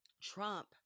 trump